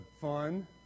fun